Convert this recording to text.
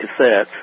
cassettes